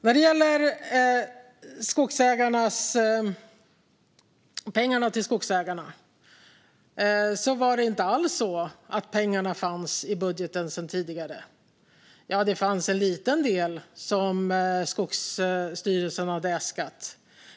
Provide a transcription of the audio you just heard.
När det gäller pengarna till skogsägarna var det inte alls så att pengarna fanns i budgeten sedan tidigare. Ja, det fanns en liten del som Skogsstyrelsen hade äskat.